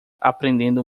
aprendendo